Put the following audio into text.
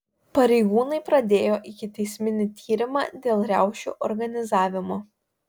pareigūnai pradėjo ikiteisminį tyrimą dėl riaušių organizavimo